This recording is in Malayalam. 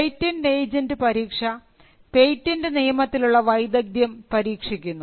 പേറ്റന്റ് ഏജൻറ് പരീക്ഷ പേറ്റന്റ് നിയമത്തിലുള്ള വൈദഗ്ധ്യം പരീക്ഷിക്കുന്നു